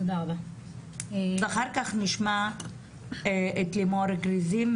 ואחר כך נשמע את לימור גריזים,